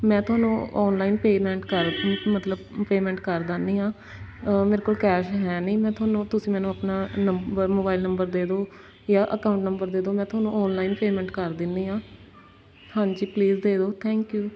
ਮੈਂ ਤੁਹਾਨੂੰ online payment ਕਰ ਮਤਲਬ ਪੇਮੈਂਟ ਕਰ ਦਿੰਦੀ ਹਾਂ ਮੇਰੇ ਕੋਲ ਕੈਸ਼ ਹੈ ਨਹੀਂ ਮੈਂ ਤੁਹਾਨੂੰ ਤੁਸੀਂ ਮੈਨੂੰ ਆਪਣਾ ਨੰਬਰ ਮੋਬਾਈਲ ਨੰਬਰ ਦੇ ਦਿਓ ਯਾ ਅਕਾਊਂਟ ਨੰਬਰ ਦੇ ਦਿਓ ਮੈਂ ਤੁਹਾਨੂੰ ਔਨਲਾਈਨ ਪੇਮੈਂਟ ਕਰ ਦਿੰਦੀ ਹਾਂ ਹਾਂਜੀ ਪਲੀਜ਼ ਦੇ ਦਿਓ ਥੈਂਕ ਯੂ